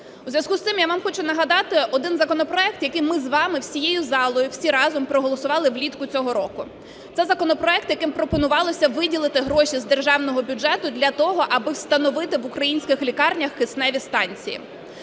В зв'язку із цим я вам хочу нагадати один законопроект, який ми з вами всією залою, всі разом проголосували влітку цього року. Це законопроект, яким пропонувалося виділити гроші з державного бюджету для того, аби встановити в українських лікарнях кисневі станції.